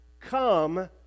come